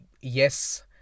yes